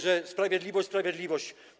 że sprawiedliwość, sprawiedliwość?